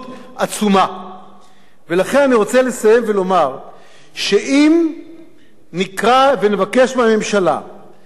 אני רוצה לסיים ולומר שאם נקרא ונבקש מהממשלה לקחת את הדוח